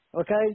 okay